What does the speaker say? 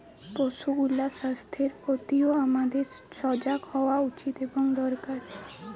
পশুগুলার স্বাস্থ্যের প্রতিও আমাদের সজাগ হওয়া উচিত এবং দরকার